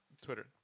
Twitter